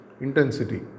intensity